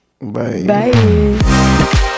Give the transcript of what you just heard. Bye